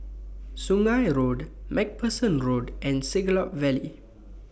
Sungei Road MacPherson Road and Siglap Valley